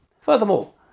Furthermore